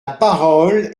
parole